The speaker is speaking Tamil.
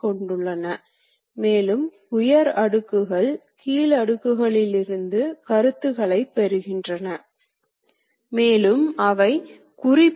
அந்த சமயத்தில் கருவி ஒரு அச்சில் நகர்ந்து ஜாப் இன் இரு பரிமாண இயக்கங்களின் மூலம் வேலையை முடிக்கும்